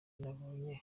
nabonye